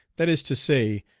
that is to say,